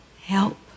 help